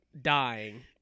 dying